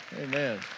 Amen